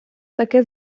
таке